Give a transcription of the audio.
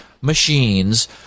machines